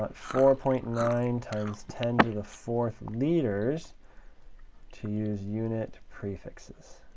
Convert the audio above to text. but four point nine times ten to the fourth liters to use unit prefixes.